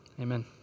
amen